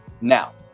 now